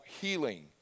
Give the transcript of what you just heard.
healing